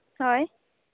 ᱦᱳᱭ